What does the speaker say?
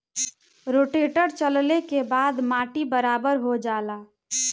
rotator चलले के बाद माटी बराबर हो जाला